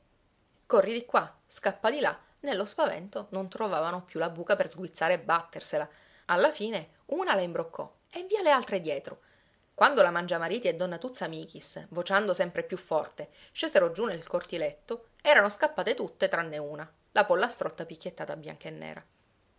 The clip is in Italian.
corri di qua scappa di là nello spavento non trovavano più la buca per sguizzare e battersela alla fine una la imbroccò e via le altre dietro quando la mangiamariti e donna tuzza michis vociando sempre più forte scesero giù nel cortiletto erano scappate tutte tranne una la pollastrotta picchiettata bianca e nera